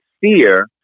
fear